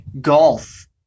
golf